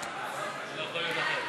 לא יכול להיות אחרת.